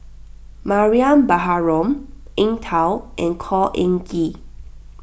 Mariam Baharom Eng Tow and Khor Ean Ghee